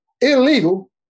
illegal